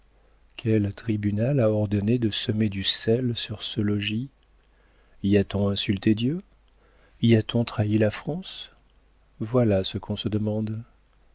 quel tribunal a ordonné de semer du sel sur ce logis y a-t-on insulté dieu y a-t-on trahi la france voilà ce qu'on se demande